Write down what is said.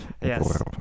Yes